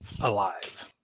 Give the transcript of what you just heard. alive